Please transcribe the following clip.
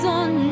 on